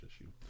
issue